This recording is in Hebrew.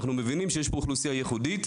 אנחנו מבינים שיש פה אוכלוסייה ייחודית,